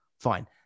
Fine